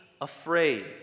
Afraid